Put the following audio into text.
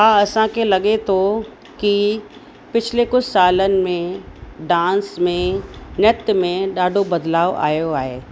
हा असांखे लॻे थो कि पिछ्ले कुझु सालनि में डांस में नृत्य में ॾाढो बदलाव आयो आहे